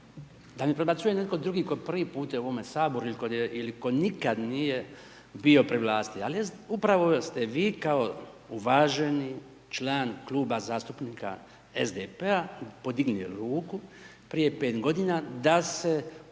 da ne dobacuje netko drugi tko je prvi puta u ovome Saboru ili koji nikad nije bio pri vlasti, ali upravo ste vi kao uvaženi član Kluba zastupnika SDP-a, podigli ruku prije 5 g. da se